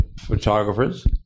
photographers